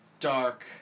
dark